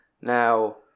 Now